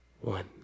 one